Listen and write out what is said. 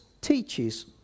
teaches